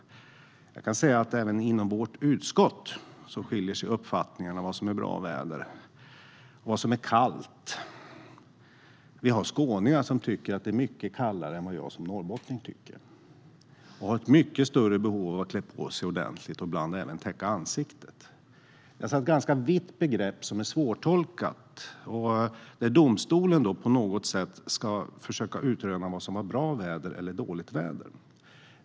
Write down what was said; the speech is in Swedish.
Även inom vårt utskott skiljer sig uppfattningarna om vad som är bra väder och vad som är kallt. Vi har skåningar som tycker att det är mycket kallare än vad jag som norrbottning tycker. De har ett mycket större behov av att klä på sig ordentligt och ibland även täcka ansiktet. Det är alltså ett ganska vitt begrepp som är svårtolkat. Domstolen ska alltså försöka utröna vad som är bra eller dåligt väder.